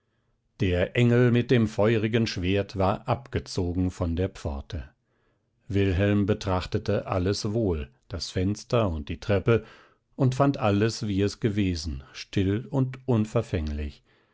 der engel mit dem feurigen schwert war abgezogen vor der pforte wilhelm betrachtete alles wohl das fenster und die treppe und fand alles wie es gewesen still und unverfänglich